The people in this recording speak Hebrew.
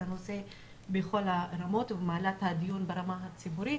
הנושא בכל הרמות ומעלה את הדיון ברמה הציבורית,